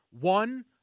One